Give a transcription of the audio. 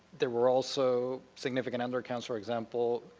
there were also significant undercounts, for example,